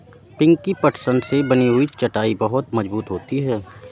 पिंकी पटसन से बनी हुई चटाई बहुत मजबूत होती है